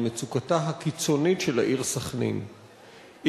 למצוקתה הקיצונית של העיר סח'נין,